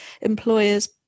employers